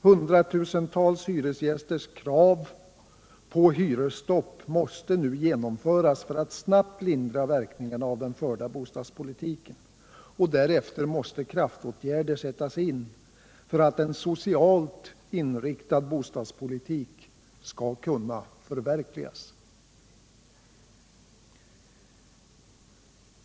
Hundratusentals hyresgästers krav på hyresstopp måste nu genomföras för att snabbt lindra verkningarna av den förda bostadspolitiken. Därefter måste kraftåtgärder sättas in för att en socialt inriktad bostadspolitik skall kunna förverkligas.